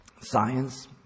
science